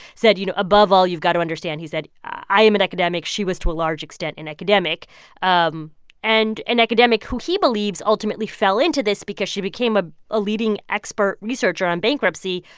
said, you know, above all, you've got to understand, he said, i am an academic. she was to a large extent an academic um and an academic who he believes ultimately fell into this because she became a a leading expert researcher on bankruptcy,